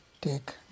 take